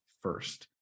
first